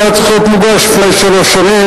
זה היה צריך להיות מוגש לפני שלוש שנים,